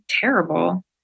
terrible